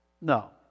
No